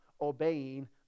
obeying